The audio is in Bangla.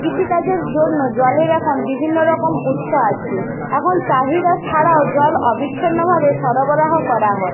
কৃষিকাজের জন্য জলের এখন বিভিন্ন রকম উৎস আছে এখন চাহিদা ছাড়াও জল অবিচ্ছন্নভাবে সরবরাহ করা হয়